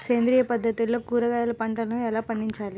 సేంద్రియ పద్ధతుల్లో కూరగాయ పంటలను ఎలా పండించాలి?